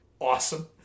awesome